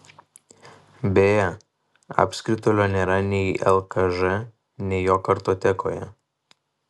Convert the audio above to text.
beje apskritulio nėra nei lkž nei jo kartotekoje